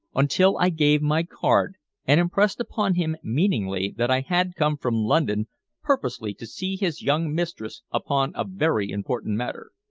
until i gave my card and impressed upon him meaningly that i had come from london purposely to see his young mistress upon a very important matter.